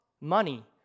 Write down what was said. money